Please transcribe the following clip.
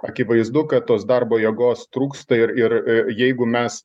akivaizdu kad tos darbo jėgos trūksta ir ir jeigu mes